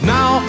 Now